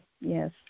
Yes